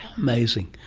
amazing.